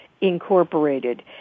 incorporated